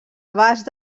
abast